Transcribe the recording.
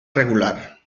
regular